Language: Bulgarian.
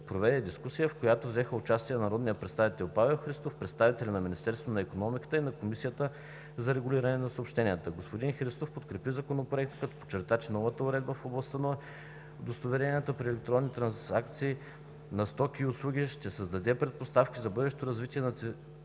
проведе дискусия, в която взеха участие народният представител Павел Христов, представители на Министерството на икономиката и на Комисията за регулиране на съобщенията. Господин Христов подкрепи Законопроекта, като подчерта, че новата уредба в областта на удостоверяванията при електронни трансакции на стоки и услуги ще създаде предпоставки за бъдещо развитие на цифровата